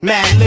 Mad